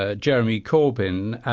ah jeremy corbyn,